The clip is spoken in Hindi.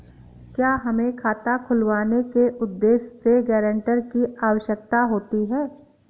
क्या हमें खाता खुलवाने के उद्देश्य से गैरेंटर की आवश्यकता होती है?